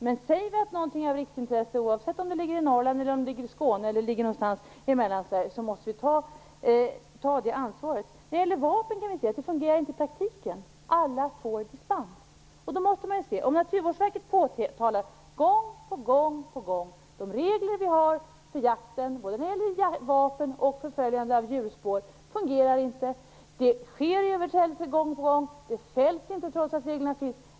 Men säger vi att någonting är av riksintresse, oavsett om det ligger i Norrland, Skåne eller i Mellansverige, måste vi ta ett ansvar. I fråga om vapen fungerar det inte i praktiken. Alla får dispens. Då måste man se över det. Naturvårdsverket har gång på gång påtalat att de regler som vi har för jakten både när det gäller vapen och följande av djurspår inte fungerar. Det sker överträdelser gång på gång. Man fälls inte trots att reglerna finns.